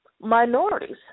minorities